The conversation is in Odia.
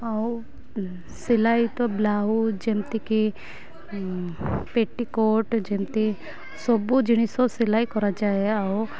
ଆଉ ସିଲେଇ ତ ବ୍ଲାଉଜ୍ ଯେମିତିକି ପେଟିିକୋଟ୍ ଯେମିତି ସବୁ ଜିନିଷ ସିଲେଇ କରାଯାଏ ଆଉ